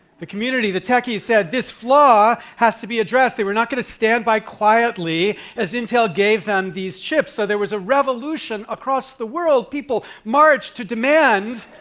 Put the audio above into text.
the community, the techies, said, this flaw has to be addressed. they were not going to stand by quietly as intel gave them these chips. so there was a revolution across the world. people marched to demand